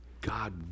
God